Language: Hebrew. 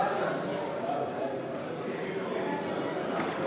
ההצעה להעביר את הצעת חוק הבטחת הכנסה (תיקון,